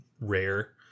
Rare